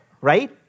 right